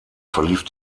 verlief